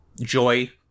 Joy